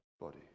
body